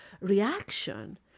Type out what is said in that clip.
reaction